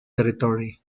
territory